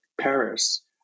Paris